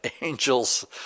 angels